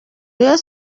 rayon